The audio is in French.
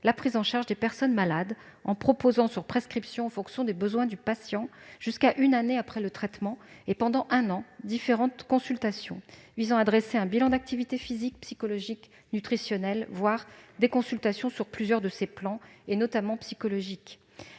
la prise en charge des personnes malades, en proposant sur prescription, en fonction des besoins du patient, jusqu'à une année après le traitement et pendant un an, différentes consultations visant à dresser un bilan d'activité physique, psychologique nutritionnel, voire des consultations sur plusieurs de ces plans, notamment psychologiques.